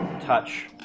touch